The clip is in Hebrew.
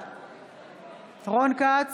בעד רון כץ,